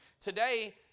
today